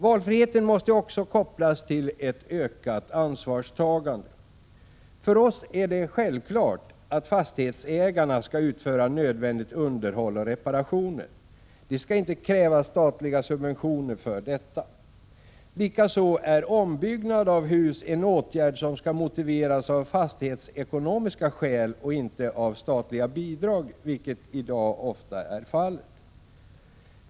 Valfriheten måste också kopplas till ett ökat ansvarstagande. För oss är det självklart att fastighetsägarna skall utföra nödvändigt underhåll och repara 39 tioner. Det skall inte krävas statliga subventioner för detta. Likaså är ombyggnad av hus en åtgärd som skall motiveras av fastighetsekonomiska skäl och inte av statliga bidrag, vilket i dag ofta är fallet.